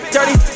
Dirty